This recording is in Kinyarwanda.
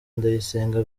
ndayisenga